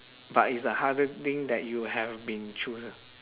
but is the hardest thing that you have been choose ah